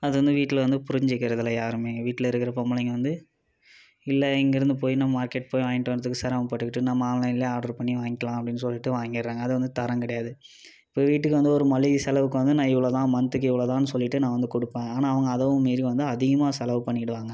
அது வந்து வீட்டில் வந்து புரிஞ்சிக்கிறதில்லை யாருமே வீட்டில் இருக்கிற பொம்பளைங்க வந்து இல்லை இங்கேருந்து போயி நான் மார்க்கெட் போயி வாங்கிட்டு வரதுக்கு சிரமப்பட்டுக்கிட்டு நம்ம ஆன்லைனிலே ஆட்ரு பண்ணி வாங்கிடலான் அப்படின்னு சொல்லிட்டு வாங்கிடுறாங்க அது வந்து தரங்கிடையாது இப்போ வீட்டுக்கு வந்து ஒரு மளிகை செலவுக்கு வந்து நான் இவ்வளோதான் மந்த்துக்கு இவ்வளோதான் சொல்லிட்டு நான் வந்து கொடுப்பேன் ஆனால் அவங்க அதைவும் மீறி வந்து அதிகமாக செலவு பண்ணிவிடுவாங்க